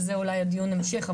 וזה אולי דיון ההמשך,